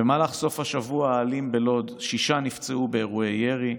במהלך סוף השבוע האלים בלוד שישה נפצעו באירועי ירי,